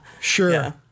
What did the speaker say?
Sure